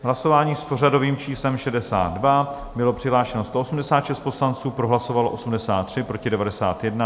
Hlasování s pořadovým číslem 62, bylo přihlášeno 186 poslanců, pro hlasovalo 83, proti 91.